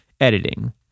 editing